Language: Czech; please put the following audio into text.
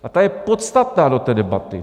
A ta je podstatná do té debaty.